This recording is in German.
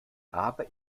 habe